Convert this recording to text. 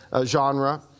genre